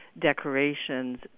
decorations